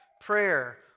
prayer